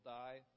die